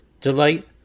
delight